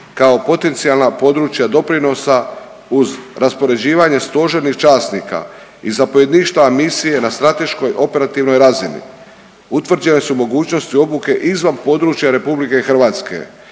kao potencijalna područja doprinosa uz raspoređivanje stožernih časnika i zapovjedništava misije na strateškoj operativnoj razini utvrđene su mogućnosti obuke izvan područja RH na